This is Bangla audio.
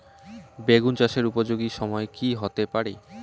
বেগুন চাষের উপযোগী সময় কি হতে পারে?